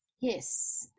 Yes